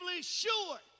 sure